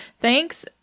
Thanks